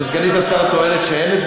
וסגנית השר טוענת שאין.